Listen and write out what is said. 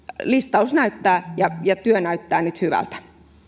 listaus ja ja työ näyttävät nyt hyvältä